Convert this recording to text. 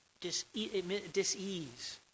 dis-ease